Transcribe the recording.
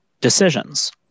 decisions